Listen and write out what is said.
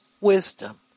wisdom